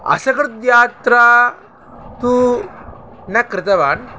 असकृद्यात्रा तु न कृतवान्